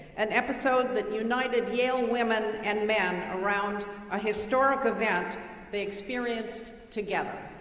an episode that united yale women and men around a historic event they experienced together.